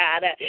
God